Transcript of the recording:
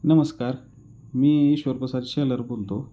नमस्कार मी ईश्वरपसाद शेलार बोलतो